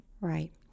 Right